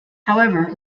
however